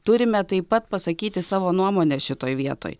turime taip pat pasakyti savo nuomonę šitoj vietoj